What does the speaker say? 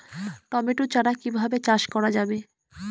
Tomato চারা কিভাবে চাষ করা যাবে?